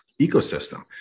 ecosystem